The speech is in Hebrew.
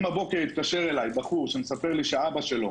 הבוקר התקשר אלי בחור שמספר לי שאבא שלו